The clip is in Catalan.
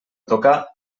tocar